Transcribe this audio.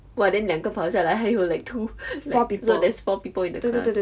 !wah! then 两个跑下来还有 like two so that's four people in the class